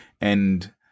and-